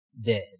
dead